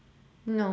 no